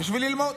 בשביל ללמוד.